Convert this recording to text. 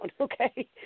okay